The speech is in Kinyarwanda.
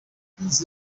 inzu